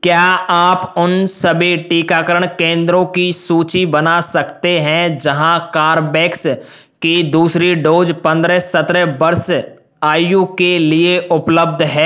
क्या आप उन सभी टीकाकरण केंद्रों की सूची बना सकते हैं जहाँ कार्वेक्स की दूसरी डोज़ पन्द्रह सत्तरह वर्ष आयु के लिए उपलब्ध है